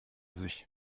sich